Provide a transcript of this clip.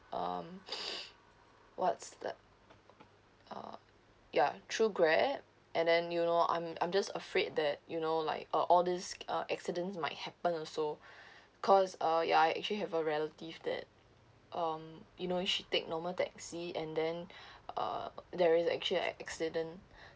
um lots that uh ya through grab and then you know I'm I'm just afraid that you know like uh all these uh accidents might happen also because uh ya I actually have a relative that um you know she take normal taxi and then uh there is actually an accident